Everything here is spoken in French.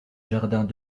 jardins